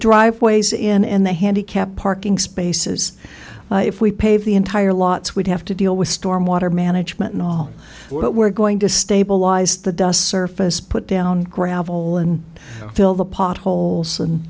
driveways and the handicapped parking spaces if we pave the entire lots would have to deal with storm water management and all what we're going to stabilize the dust surface put down gravel and fill the potholes and